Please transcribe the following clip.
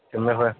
ꯆꯨꯝꯃꯦ ꯍꯣꯏ